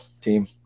team